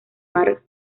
mar